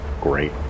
great